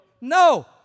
No